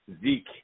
Zeke